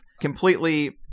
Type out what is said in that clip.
completely